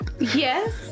Yes